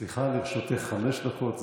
סליחה, לרשותך חמש דקות.